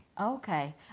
Okay